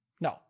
No